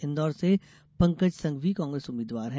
इंदौर से पंकज संघवी काग्रेस उम्मीदवार है